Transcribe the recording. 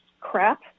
crap